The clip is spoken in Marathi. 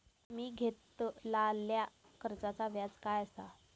मी घेतलाल्या कर्जाचा व्याज काय आसा?